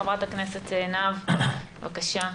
חברת הכנסת עינב, בבקשה.